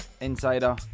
insider